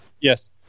Yes